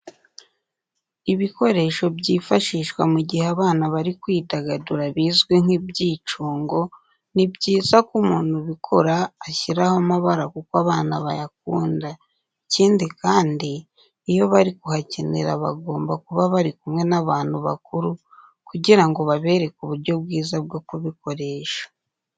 Ibikoresho byifashishwa mu gihe abana bari kwidagadura bizwi nk'ibyicungo, ni byiza ko umuntu ubikora ashyiraho amabara kuko abana bayakunda. Ikindi kandi, iyo bari kuhakinira bakomba kuba bari kumwe n'abantu bakuru kugira ngo babereke uburyo bwiza bwo kubikoresha.